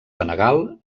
senegal